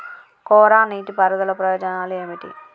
కోరా నీటి పారుదల ప్రయోజనాలు ఏమిటి?